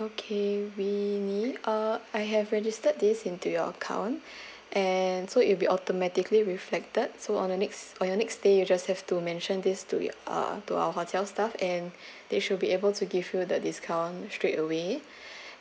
okay we need uh I have registered this into your account and so it'll be automatically reflected so on the next on your next day you just have to mention this to your uh to our hotel staff and they should be able to give you the discount straight away